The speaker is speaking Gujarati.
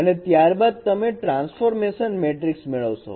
અને ત્યારબાદ તમે ટ્રાન્સફોર્મેશન મેટ્રિક્સ મેળવશો